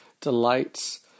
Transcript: delights